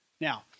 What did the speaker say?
Now